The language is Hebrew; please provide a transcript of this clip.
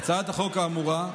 הצעת החוק האמורה,